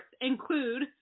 include